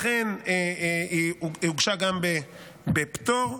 לכן היא הוגשה גם בפטור.